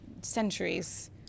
centuries